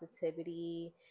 positivity